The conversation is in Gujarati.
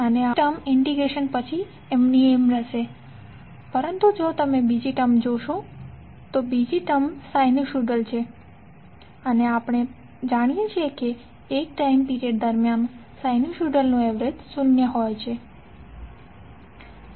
તો આ ટર્મ ઈન્ટિગ્રશન પછી એમ ની એમજ રહેશે પરંતુ જો તમે બીજી ટર્મ જોશો તો બીજી ટર્મ સાઇનુસોઇડ છે અને આપણે જાણીએ છીએ કે એક ટાઈમ પીરીયડ દરમિયાન સિનુસાઇડનું એવરેજ શૂન્ય હોય છે